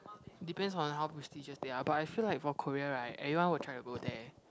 depends on how prestigious they are but I feel like for Korea right everyone will try to go there